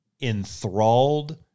enthralled